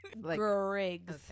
Griggs